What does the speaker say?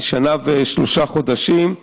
שנה ושלושה חודשים.